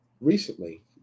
recently